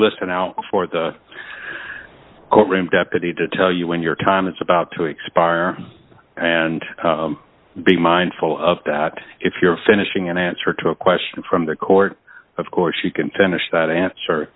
listen out for the court room deputy to tell you when your time is about to expire and be mindful of that if you're finishing an answer to a question from the court of course she contends that answer